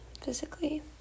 physically